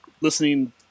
listening